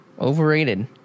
Overrated